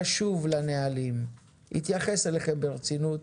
קשוב לנהלים, התייחס אליכם ברצינות,